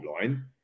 line